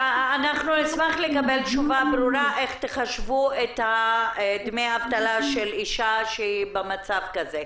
נשמח לקבל תשובה ברורה איך תחשבו את דמי האבטלה של אישה שהיא במצב כזה.